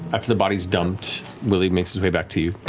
after the body's dumped, willi makes his way back to you.